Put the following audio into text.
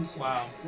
Wow